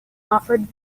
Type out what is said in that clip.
offered